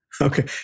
Okay